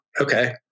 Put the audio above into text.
okay